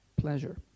pleasure